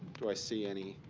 do i see any?